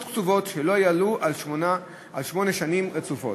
קצובות שלא יעלו על שמונה שנים רצופות.